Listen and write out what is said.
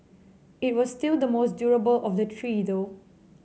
it was still the most durable of the three though